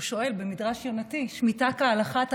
שהוא שואל ב"מדרש יונתי": "ושמיטה כהלכה אתה